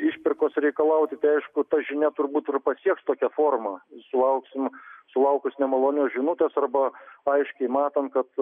išpirkos reikalauti tai aišku ta žinia turbūt ir pasieks tokia forma sulauksim sulaukus nemalonios žinutės arba aiškiai matom kad